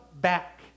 back